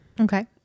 Okay